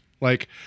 like-